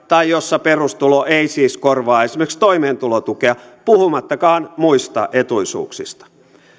tai jossa perustulo ei siis korvaa esimerkiksi toimeentulotukea puhumattakaan muista etuisuuksista